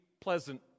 pleasant